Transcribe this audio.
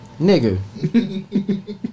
Nigga